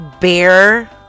bear